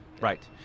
Right